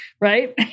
Right